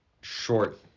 short